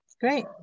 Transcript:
Great